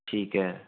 ਠੀਕ ਹੈ